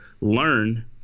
learn